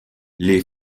les